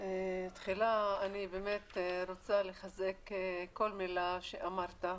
תחילה אני רוצה לחזק כל מילה שאמרת.